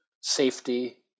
safety